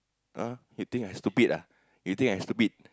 ah you think I stupid ah you think I stupid